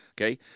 okay